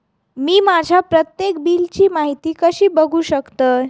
मी माझ्या प्रत्येक बिलची माहिती कशी बघू शकतय?